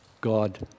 god